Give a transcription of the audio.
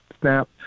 snap